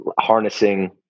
harnessing